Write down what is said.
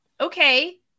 Okay